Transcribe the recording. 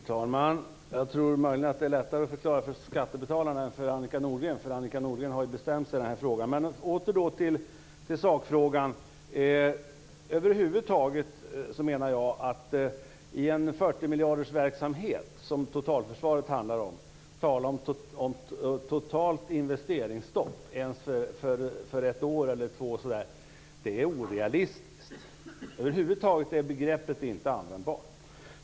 Fru talman! Jag tror att det möjligen är lättare att förklara för skattebetalarna än för Annika Nordgren. Hon har ju bestämt sig i den här frågan. Åter till sakfrågan. Jag menar att det är orealistiskt, i en 40-miljardersverksamhet som totalförsvaret handlar om, att tala om ett totalt investeringsstopp ens för ett eller två år. Över huvud taget är begreppet inte användbart.